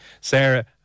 Sarah